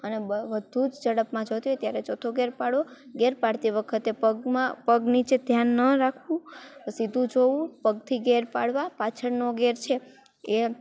અને બહુ વધુ જ ઝડપમાં જોતી હોય ત્યારે ચોથો ગેર પાડવો ગેર પાડતી વખતે પગમાં પગ નીચે ધ્યાન ન રાખવું સીધું જોવું પગથી ગેર પાડવા પાછળનો ગેર છે એ